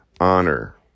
honor